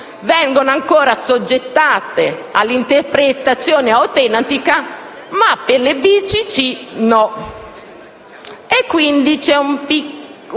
vengono ancora assoggettate all'interpretazione autentica, mentre le BCC no. Quindi c'è una piccolissima